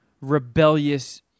rebellious